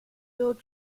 field